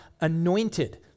anointed